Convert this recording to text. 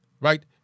Right